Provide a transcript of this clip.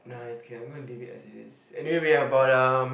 nah it's okay I'm gonna leave it as it is anyway we have about um